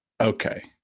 Okay